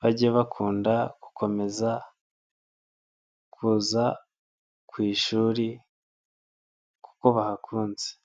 bajye bakunda gukomeza kuza ku ishuri kuko bahakunze.